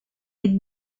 with